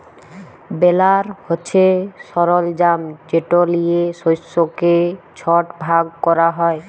বেলার হছে সরলজাম যেট লিয়ে শস্যকে ছট ভাগ ক্যরা হ্যয়